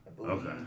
Okay